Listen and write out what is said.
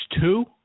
two